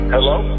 Hello